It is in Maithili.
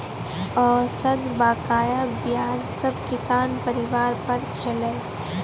औसत बकाया ब्याज सब किसान परिवार पर छलै